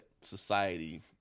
society